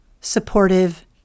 supportive